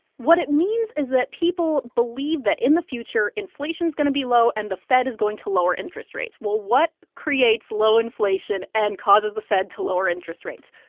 what it means is that people believe that in the future, inflation's going to be low, and the fed is going to lower interest rates. well, what creates low inflation and causes the fed to lower interest rates?